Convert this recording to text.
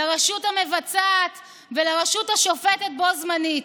לרשות המבצעת ולרשות השופטת בו זמנית.